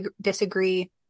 disagree